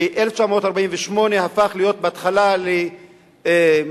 ב-1948 הפך להיות בהתחלה בית-מעצר,